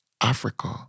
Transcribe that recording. Africa